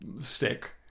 stick